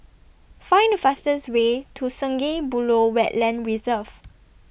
Find The fastest Way to Sungei Buloh Wetland Reserve